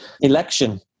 election